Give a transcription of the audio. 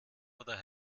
oder